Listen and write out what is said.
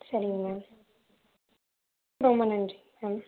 சரிங்க மேம் ரொம்ப நன்றி தேங்க்ஸ்